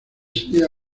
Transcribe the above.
sería